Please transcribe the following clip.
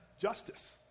justice